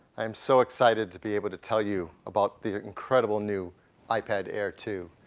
i'm so excited to be able to tell you about the incredible new ipad air two.